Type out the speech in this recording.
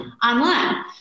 Online